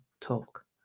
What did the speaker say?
talk